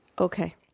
Okay